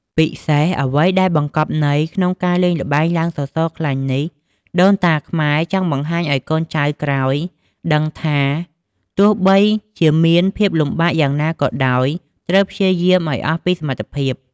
ពិសេសអ្វីដែលបង្គប់ន័យក្នុងការលេងល្បែងឡើងសសរខ្លាញ់នេះ ដូនតាខ្មែរចង់បង្ហាញឲ្យកូនចៅក្រោយដឹងថា ទោះបីជាមានភាពលំបាកយ៉ាងណាក៏ដោយត្រូវព្យាយាមឲ្យអស់ពីសមត្ថភាព។